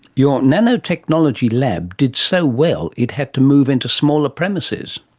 your nanotechnology lab did so well, it had to move into smaller premises.